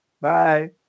Bye